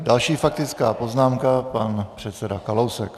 Další faktická poznámka, pan předseda Kalousek.